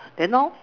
then how